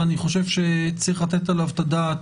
ואני חושב שצריך לתת עליו את הדעת,